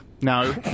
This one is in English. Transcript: No